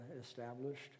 established